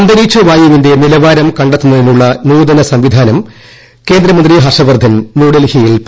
അന്തരീക്ഷ വായുവിന്റെ നിലവാരം കണ്ടെത്തുന്നതിനുള്ള ന് നൂതന സംവിധാനം കേന്ദ്രമന്ത്രി ഹർഷ വർദ്ധൻ ന്യൂഡൽഹിയിൽ പുറത്തിറക്കി